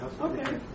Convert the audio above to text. Okay